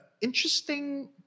interesting